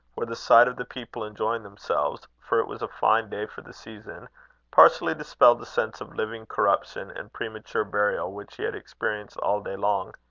where the sight of the people enjoying themselves for it was a fine day for the season partially dispelled the sense of living corruption and premature burial which he had experienced all day long.